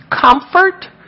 comfort